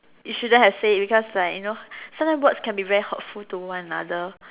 you shouldn't have said it because like you know sometimes words can be very hurtful towards one another